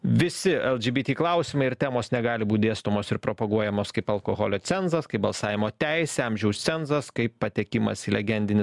visi lgbt klausimai ir temos negali būt dėstomos ir propaguojams kaip alkoholio cenzas kaip balsavimo teisė amžiaus cenzas kaip patekimas į legendinį